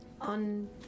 on